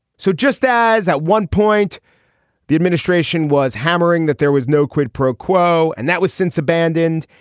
so just as at one point the administration was hammering that there was no quid pro quo. and that was since abandoned.